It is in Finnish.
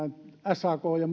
sak ja